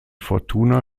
fortuna